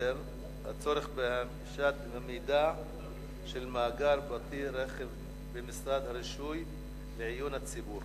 הצורך בהנגשת המידע של מאגר פרטי רכב במשרד הרישוי לעיון הציבור,